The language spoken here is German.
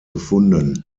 gefunden